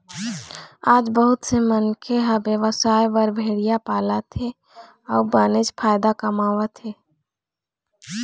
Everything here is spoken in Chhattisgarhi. आज बहुत से मनखे ह बेवसाय बर भेड़िया पालत हे अउ बनेच फायदा कमावत हे